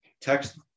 text